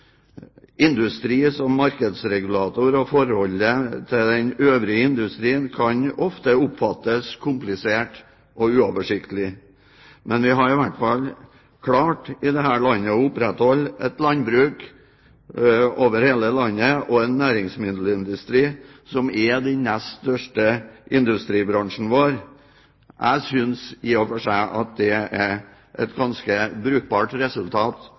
som markedsregulator og forholdet til den øvrige industrien kan ofte oppfattes komplisert og uoversiktlig. Men vi har i hvert fall i dette landet klart å opprettholde et landbruk over hele landet og en næringsmiddelindustri som er den nest største industribransjen vår. Jeg synes i og for seg at det er et ganske brukbart resultat